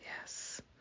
Yes